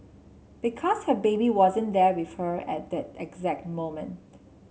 because her baby wasn't there with her at that exact moment